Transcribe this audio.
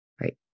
Right